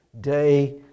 day